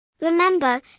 Remember